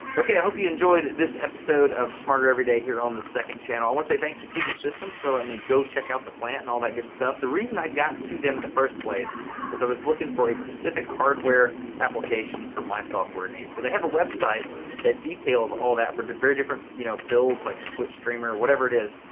okay, i hope you enjoyed this episode of smarter every day here on the second channel. i want to say thanks to puget systems for letting me go check out the plant and all that good stuff. the reason i got to them in the first place is i was looking for a specific hardware application for my software needs. so they have a website that details all that for very different you know builds like a twitch streamer or whatever it is.